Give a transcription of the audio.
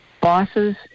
Bosses